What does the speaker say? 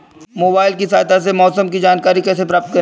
Mobile की सहायता से मौसम की जानकारी कैसे प्राप्त करें?